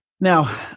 Now